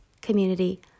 community